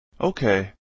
Okay